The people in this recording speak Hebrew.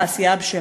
התעשייה הבשלה.